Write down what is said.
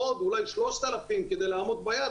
עוד אולי 3,000 כדי לעמוד ביעד,